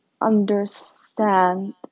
understand